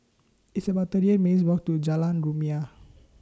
It's about thirty eight minutes' Walk to Jalan Rumia